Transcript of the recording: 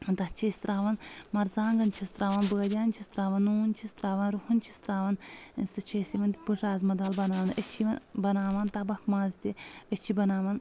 تتھ چھِ أسۍ ترٛاوَان مَرژانٛگن چھِس تراوَان بٲدیان چھِس تراوان نوٗن چھِس ترٛاوَان رُہَن چھِس ترٛاوَان سُہ چھِ أسۍ یِوَان تِتھ پٲٹھۍ رازما دال بَناونہٕ أسۍ چھِ یِوَان بناوان تَبَکھ ماز تہِ أسۍ چھِ بناوَان